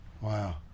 Wow